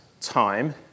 time